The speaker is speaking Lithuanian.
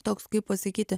toks kaip pasakyti